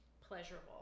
pleasurable